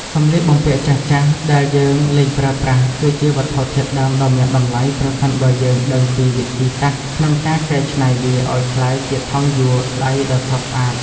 សម្លៀកបំពាក់ចាស់ៗដែលយើងលែងប្រើប្រាស់ គឺជាវត្ថុធាតុដើមដ៏មានតម្លៃប្រសិនបើយើងដឹងពីវិធីសាស្ត្រក្នុងការកែច្នៃវាឱ្យក្លាយជាថង់យួរដៃដ៏ស្រស់ស្អាត។